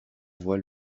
voile